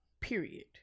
period